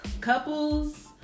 couples